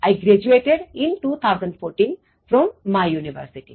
I graduated in 2014 from my university